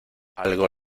algo